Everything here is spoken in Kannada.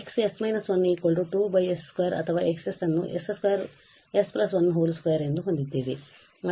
ಆದ್ದರಿಂದ ನಾವು Xs − 1 2 s 2 ಅಥವಾ X ಅನ್ನು s 2 s12 ಎಂದು ಹೊಂದಿದ್ದೇವೆ